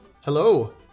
Hello